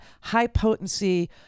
high-potency